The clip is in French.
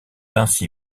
ainsi